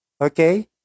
okay